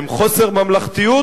הן חוסר ממלכתיות,